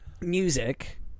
music